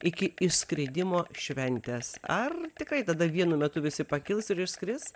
iki išskridimo šventės ar tikrai tada vienu metu visi pakils ir išskris